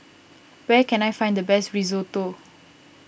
where can I find the best Risotto